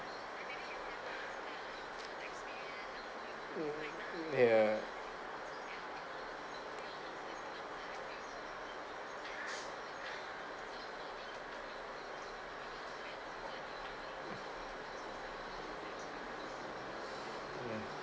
ya mm